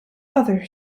other